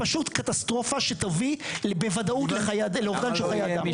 זו פשוט קטסטרופה שתביא בוודאות לאובדן של חיי אדם.